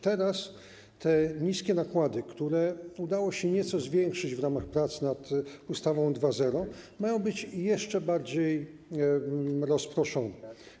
Teraz te niskie nakłady, które udało się nieco zwiększyć w ramach prac nad ustawą 2.0, mają być jeszcze bardziej rozproszone.